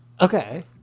okay